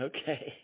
Okay